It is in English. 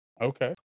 Okay